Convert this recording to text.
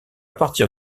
partir